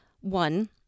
One